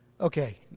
Okay